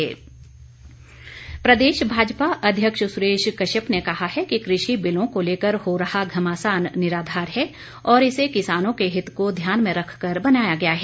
बयान प्रदेश भाजपा अध्यक्ष सुरेश कश्यप ने कहा है कि कृषि बिलों को लेकर हो रहा घमासान निराधार है और इसे किसानों के हित को ध्यान में रखकर बनाया गया है